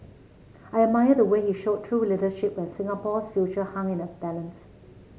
I admire the way he showed true leadership when Singapore's future hung in the balance